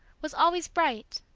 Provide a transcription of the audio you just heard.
was always bright,